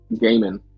gaming